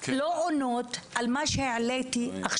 התשובות שלך לא עונות על מה שהעליתי עכשיו,